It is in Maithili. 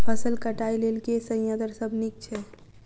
फसल कटाई लेल केँ संयंत्र सब नीक छै?